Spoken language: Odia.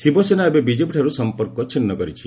ଶିବସେନା ଏବେ ବିଜେପିଠାରୁ ସଂପର୍କ ଛିନ୍ନ କରିଛି